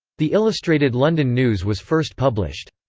the illustrated london news was first published.